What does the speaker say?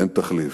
אין תחליף.